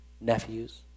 nephews